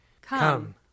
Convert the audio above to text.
Come